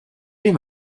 les